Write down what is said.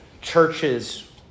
churches